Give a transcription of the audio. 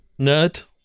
Nerd